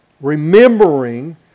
remembering